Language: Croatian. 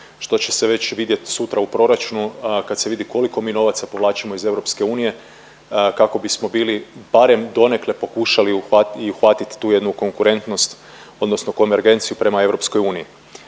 što će se već vidjet sutra u proračunu kad se vidi koliko mi novaca povlačimo iz EU kako bismo bili barem donekle pokušali i uhvatit tu jednu konkurentnost odnosno konvergenciju prema EU.